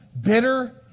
bitter